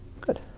good